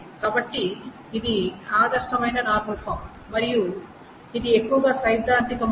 కాబట్టి ఇది ఆదర్శ నార్మల్ ఫామ్ మరియు ఇది ఎక్కువగా సైద్ధాంతికమైనది